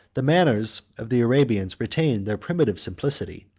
the manners of the arabians retained their primitive simplicity,